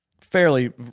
fairly